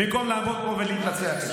במקום לעמוד פה ולהתנצח איתי.